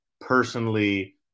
personally